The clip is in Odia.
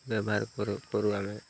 ବ୍ୟବହାର କରୁ କରୁ ଆମେ